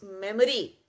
memory